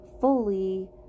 fully